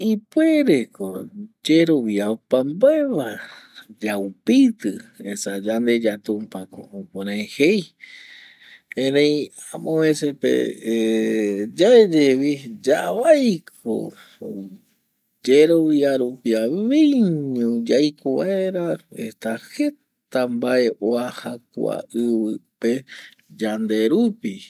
Ipuere ko yerovia opambae va yaupitɨ esa yandeya tumpa ko jukurai jei erei amovece pe yaeye vi yavai ko yerovia rupi aveiño yaiko vaera esa jeta mbae vuaja kua ɨvɨ pe yanderupi